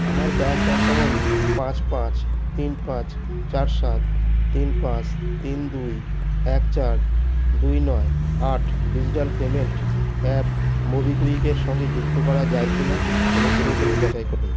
আমার bank account পাঁচ পাঁচ তিন পাঁচ চার সাত তিন পাঁচ তিন দুই এক চার দুই নয় আট ডিজিটাল পেমেন্ট অ্যাপ মোবিকুইকের সঙ্গে যুক্ত করা যায় কি না অনুগ্রহ করে যাচাই করুন